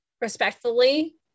respectfully